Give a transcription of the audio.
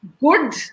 good